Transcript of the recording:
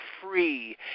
free